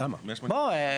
עד 120, הלאה.